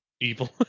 Evil